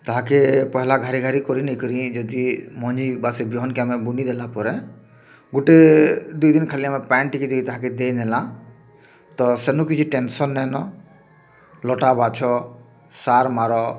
ତାହାକେ ପହିଲା ଘାରି ଘାରି ନେଇ କରି ଯଦି ମଞ୍ଜି ବା ବିହନ୍କେ ଆମେ ବୁଣି ଦେଲା ପରେ ଗୁଟେ ଦୁଇ ଦିନ ଖାଲି ଆମେ ପାନ୍ ଟିକେ ଟିକେ ତାହାକେ ଦେଇ ନେଲା ତ ସେନୁ କିଛି ଟେନସନ୍ ନେଇନ୍ ଲଟା ବାଛ ସାର୍ ମାର